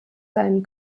sein